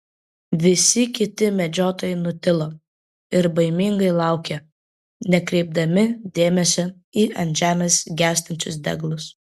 visi kiti medžiotojai nutilo ir baimingai laukė nekreipdami dėmesio į ant žemės gęstančius deglus